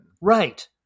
Right